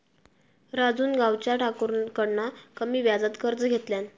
राजून गावच्या ठाकुराकडना कमी व्याजात कर्ज घेतल्यान